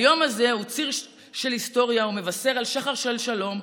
היום הזה הוא ציר של היסטוריה ומבשר על שחר של שלום.